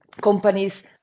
companies